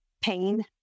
pain